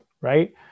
right